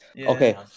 Okay